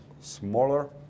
smaller